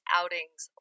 outings